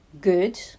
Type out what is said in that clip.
good